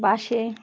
বাসে